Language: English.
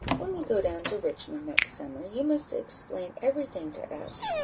when we go down to richmond next summer, you must explain every thing to us,